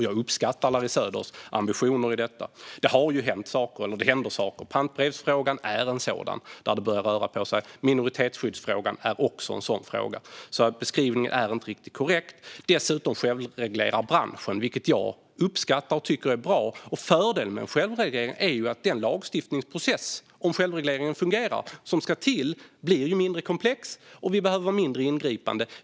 Jag uppskattar Larry Söders ambitioner i detta. Det har hänt saker, och det händer saker. Pantbrevsfrågan är en sådan, där det börjar röra på sig. Minoritetskyddsfrågan är också en sådan fråga. Beskrivningen är alltså inte riktigt korrekt. Dessutom självreglerar branschen, vilket jag uppskattar och tycker är bra. Fördelen med en självreglering, om den fungerar, är att den lagstiftningsprocess som ska till blir mindre komplex, och vi behöver vara mindre ingripande.